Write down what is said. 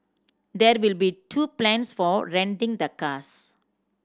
there will be two plans for renting the cars